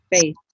faith